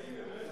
האם,